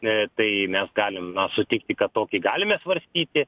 e tai mes galim sutikti kad tokį galime svarstyti